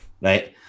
right